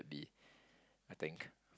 be I think